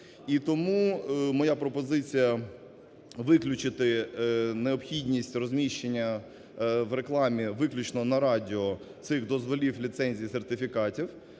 І тому моя пропозиція виключити необхідність розміщення в рекламі виключно на радіо цих дозволів, ліцензій, сертифікатів,